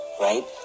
right